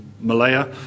Malaya